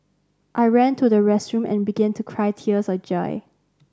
I ran to the restroom and began to cry tears of joy